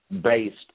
based